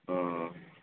आओरो